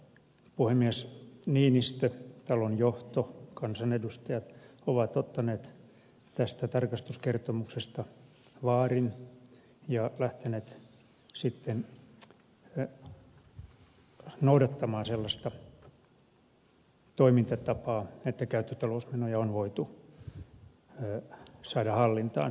puhemies niinistö talon johto kansanedustajat ovat ottaneet tästä tarkastuskertomuksesta vaarin ja lähteneet sitten noudattamaan sellaista toimintatapaa että käyttötalousmenoja on voitu saada hallintaan